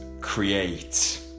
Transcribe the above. create